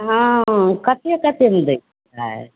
हँ कतेक कतेकमे दै छिए